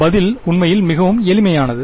பதில் உண்மையில் மிகவும் எளிமையானது